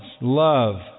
love